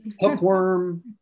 hookworm